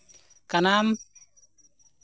ᱠᱟᱱᱟᱢ